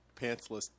pantsless